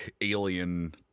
alien